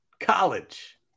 college